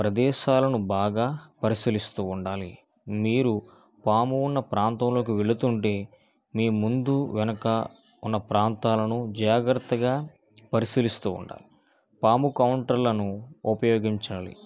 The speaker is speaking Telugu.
ప్రదేశాలను బాగా పరిశీలిస్తూ ఉండాలి మీరు పాము ఉన్న ప్రాంతంలోకి వెళుతుంటే మీ ముందు వెనక ఉన్న ప్రాంతాలను జాగ్రత్తగా పరిశీలిస్తూ ఉండాలి పాము కౌంటర్లను ఉపయోగించాలి